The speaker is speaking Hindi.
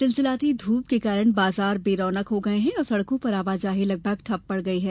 चिलचिलाती धूप के कारण बाजार बेरौनक हो गये हैं और सडकों पर आवाजाही लगभग ठप पड गई है